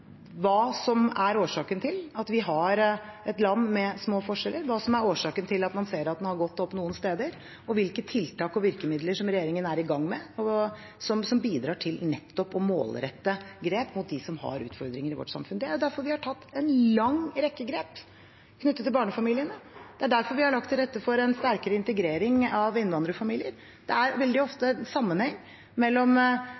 hva som er årsaken til at vi har et land med små forskjeller, hva som er årsaken til at man ser at det har gått opp noen steder, og hvilke tiltak og virkemidler som regjeringen er i gang med, som bidrar til nettopp å målrette grep mot dem som har utfordringer i vårt samfunn. Det er derfor vi har tatt en lang rekke grep knyttet til barnefamiliene. Det er derfor vi har lagt til rette for en sterkere integrering av innvandrerfamilier. Det er veldig